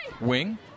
wing